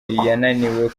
yananiwe